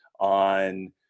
on